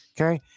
okay